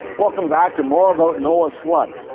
welcome back to more about noah's flood!